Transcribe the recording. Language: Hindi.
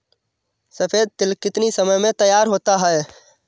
सफेद तिल कितनी समय में तैयार होता जाता है?